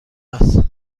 است